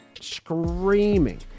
screaming